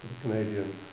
Canadian